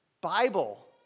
Bible